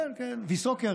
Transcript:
ויסוקר,